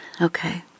Okay